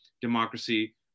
democracy